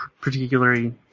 particularly